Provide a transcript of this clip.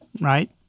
right